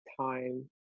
time